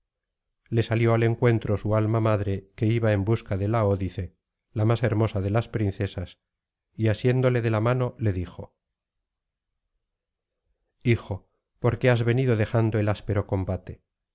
le salió al encuentro su alma madre que iba en busca de laódice la más hermosa de las princesas y asiéndole de la mano le dijo hijo por qué has venido dejando el áspero combate